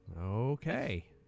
Okay